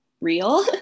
real